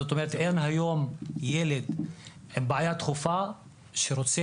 אין היום ילד עם בעיה דחופה שרוצה